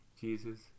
Jesus